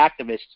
activists